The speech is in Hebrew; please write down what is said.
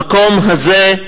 המקום הזה,